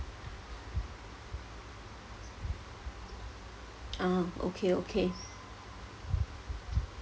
ah okay okay